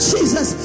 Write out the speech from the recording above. Jesus